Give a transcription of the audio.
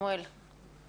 שמואל שטח, בבקשה.